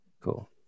Cool